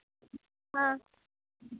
ᱦᱮᱸ